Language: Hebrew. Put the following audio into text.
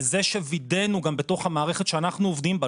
לזה שווידאנו גם בתוך המערכת שאנחנו עובדים בה,